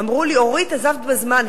אמרו לי: אורית, עזבת בזמן.